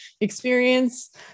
experience